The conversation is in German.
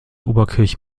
oberkirch